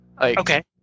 Okay